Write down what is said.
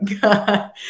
God